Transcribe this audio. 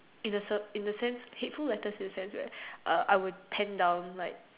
in a sense hateful letters in a sense I would pen down like